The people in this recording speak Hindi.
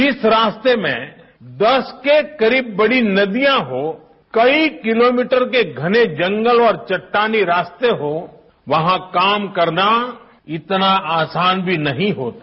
जिस रास्ते में दस के करीब बडी नदियां हों कई किलोमीटर के घने जंगल और चट्टानी रास्ते हों वहां काम करना इतना आसान भी नहीं होता